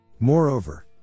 Moreover